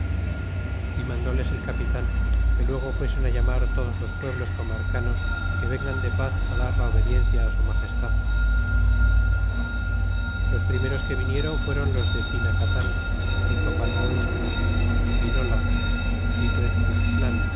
y mandóles el capitan que luego fuesen á llamar todos los pueblos comarcanos que vengan de paz á dar la obediencia á su magestad los primeros que vinieron fueron los de cinacatan y copanaustla é pinola